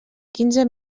quinze